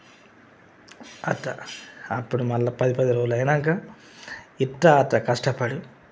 అట్ట అప్పుడు మళ్ళా పది పది రోజులయినాక ఇట్ట అట్ట కష్టపడి